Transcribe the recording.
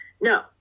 No